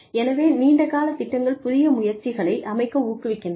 எனவே நீண்ட கால திட்டங்கள் புதிய முயற்சிகளை அமைக்க ஊக்குவிக்கின்றன